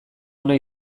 ona